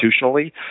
institutionally